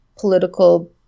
political